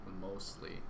mostly